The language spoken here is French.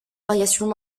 variations